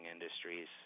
industries